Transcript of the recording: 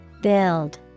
Build